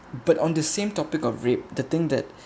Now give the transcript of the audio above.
but on the same topic of rape the thing that